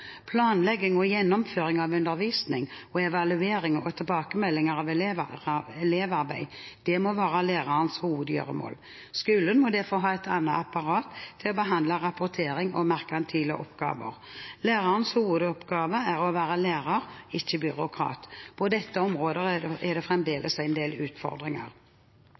Planlegging og gjennomføring av undervisning og evaluering av og tilbakemelding på elevarbeid må være lærerens hovedgjøremål. Skolen må derfor ha et annet apparat til å behandle rapportering og merkantile oppgaver. Lærerens hovedoppgave er å være lærer, ikke byråkrat. På dette området er det fremdeles en del utfordringer.